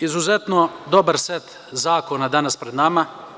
Izuzetno je dobar set zakona danas pred nama.